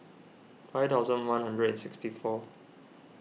five thousand one hundred and sixty four